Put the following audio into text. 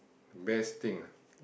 best thing ah